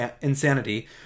insanity